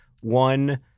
one